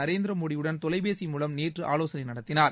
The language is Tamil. நரேந்திர மோடியுடன் தொலைபேசி மூலம் நேற்று ஆலோசனை நடத்தினார்